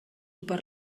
per